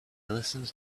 listened